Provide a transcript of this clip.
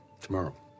tomorrow